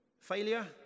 Failure